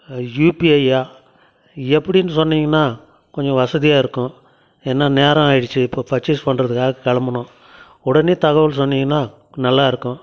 யூபிஐயா எப்படின் சொன்னிங்கனா கொஞ்சம் வசதியா இருக்கும் ஏன்னா நேரம் ஆகிடுச்சி இப்போது பர்ச்சேஸ் பண்ணுறதுகாக கிளம்புனும் உடனே தகவல் சொன்னிங்கனா நல்லா இருக்கும்